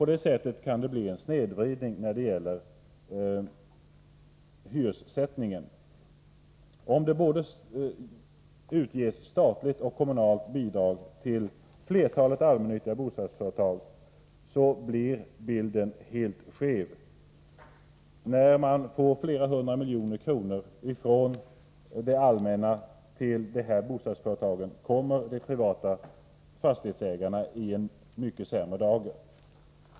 På det sättet kan det bli en snedvridning när det gäller hyressättningen. Om det utges både statliga och kommunala bidrag till flertalet allmännyttiga bostadsföretag, blir bilden helt skev. När det går flera hundra miljoner från det allmänna till de allmännyttiga bostadsföretagen, kommer de privata fastighetsägarna i en mycket sämre situation.